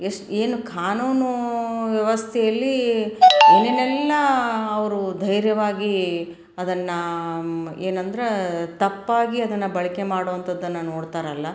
ಎಷ್ಟು ಏನು ಕಾನೂನು ವ್ಯವಸ್ಥೆಯಲ್ಲಿ ಏನೇನೆಲ್ಲ ಅವರು ಧೈರ್ಯವಾಗಿ ಅದನ್ನು ಏನಂದರೆ ತಪ್ಪಾಗಿ ಅದನ್ನು ಬಳಕೆ ಮಾಡುವಂಥದ್ದನ್ನ ನೋಡ್ತಾರಲ್ವ